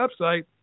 website